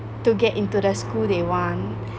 to get into the school they want